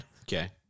Okay